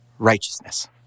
Righteousness